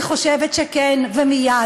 אני חושבת שכן, ומייד.